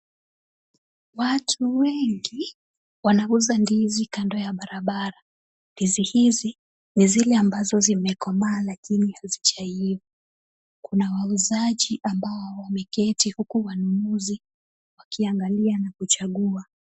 Watu wengi wanauza ndizi kando ya barabara. Ndizi hizi ni zile ambazo zimekomaa lakini hazijaiva. Kuna wauzaji ambao wameketi huku wanunuzi wakiangalia na kuchagua.